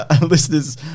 listeners